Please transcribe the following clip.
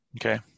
Okay